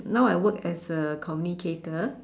now I work as a communicator